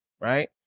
right